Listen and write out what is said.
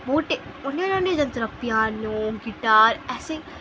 ବହୁତ୍ଟେ ଅନ୍ୟ ଅନ୍ୟ ଯନ୍ତ୍ର ପିଆନୋ ଗିଟାର୍ ଏସେ